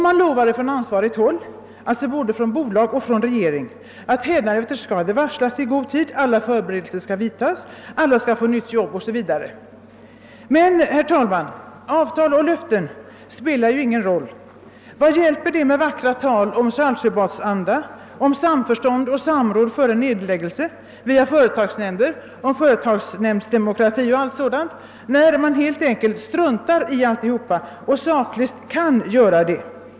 Man lovar från ansvarigt håll — från både bolag och regering — att hädanefter skall det varslas i god tid, alla förberedelser skall vidtas i god tid, alla skall få nytt jobb o.s.v. Men, herr talman, avtal och löften spelar ingen roll! Vad hjälper det med vackert tal om Saltsjöbadsanda, om samförstånd och samråd före en nedläggning via företagsnämnderna, om företagsdemokrati etc., när man struntar i alltsammans och saklöst kan göra detta?